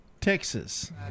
Texas